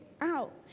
out